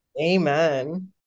Amen